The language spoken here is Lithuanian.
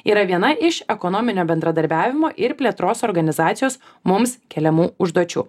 yra viena iš ekonominio bendradarbiavimo ir plėtros organizacijos mums keliamų užduočių